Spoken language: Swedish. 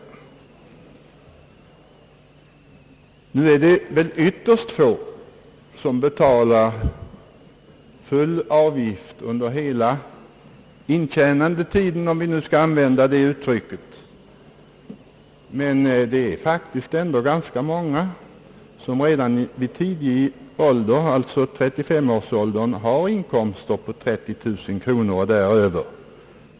Nu är det väl ytterst få som betalar full avgift under hela intjänandetiden — om vi nu skall använda det uttrycket — men det är faktiskt ändå ganska många som redan vid tidig ålder, t.ex. 35 år, har inkomster på 30 000 kronor och däröver.